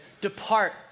depart